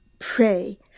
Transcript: pray